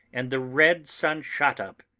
and the red sun shot up.